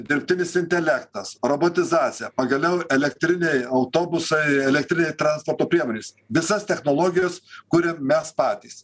dirbtinis intelektas robotizacija pagaliau elektriniai autobusai elektriniai transporto priemonės visas technologijos kuriam mes patys